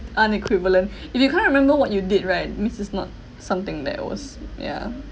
unequivalent if you can't remember what you did right means it's not something that was yeah